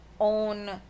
own